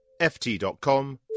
ft.com